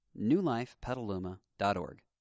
newlifepetaluma.org